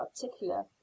particular